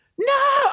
no